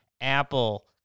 Apple